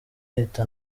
ahita